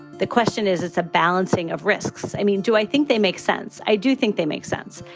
the question is, it's a balancing of risks. i mean, do i think they make sense? i do think they make sense.